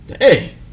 Hey